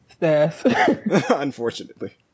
Unfortunately